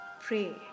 pray